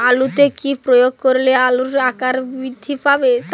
আলুতে কি প্রয়োগ করলে আলুর আকার বৃদ্ধি পাবে?